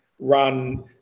run